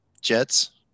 jets